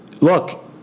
Look